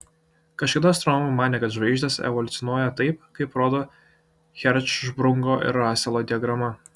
kažkada astronomai manė kad žvaigždės evoliucionuoja taip kaip rodo hercšprungo ir raselo diagrama